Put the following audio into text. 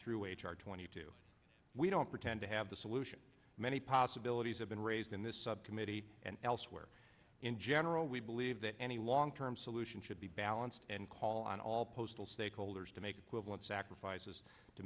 through h r twenty two we don't pretend to have the solution many possibilities have been raised in this subcommittee and elsewhere in general we believe that any long term solution should be balanced and call on all postal stakeholders to make equivalent sacrifices to